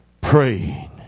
Praying